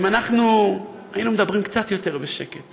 ואם אנחנו היינו מדברים קצת יותר בשקט